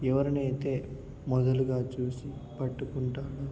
ఎవరినైతే మొదలు చూసి పట్టుకుంటాడో